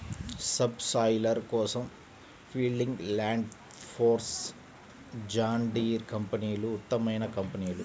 sub soiler కోసం Fieldking, Landforce, John Deere కంపెనీలు ఉత్తమమైన కంపెనీలు